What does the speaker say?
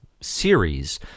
series